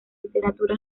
literatura